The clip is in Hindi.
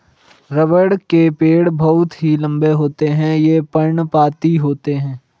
रबड़ के पेड़ बहुत ही लंबे होते हैं ये पर्णपाती पेड़ होते है